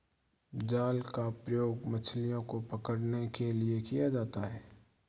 जाल का प्रयोग मछलियो को पकड़ने के लिये किया जाता है